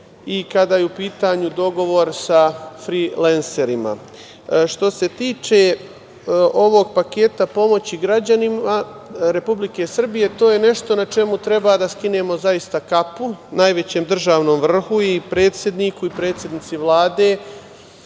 i kada je u pitanju dogovor sa frilenserima. Što se tiče ovog paketa pomoći građanima Republike Srbije, to je nešto na čemu treba da skinemo kapu najvećem državnom vrhu i predsedniku i predsednici Vlade